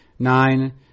Nine